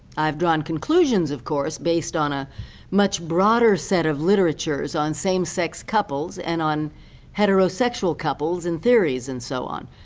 i have drawn conclusions, of course, based on a much broader set of literatures on same-sex couples and on heterosexual couples and theories and so on.